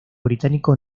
británico